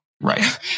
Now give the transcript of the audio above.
Right